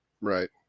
right